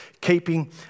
keeping